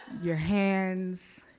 your hands,